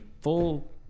full